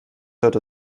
hörte